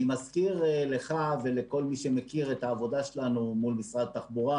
אני מזכיר לך ולכל מי שמכיר את העבודה שלנו מול משרד התחבורה,